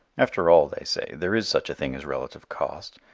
after all, they say, there is such a thing as relative cost,